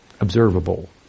observable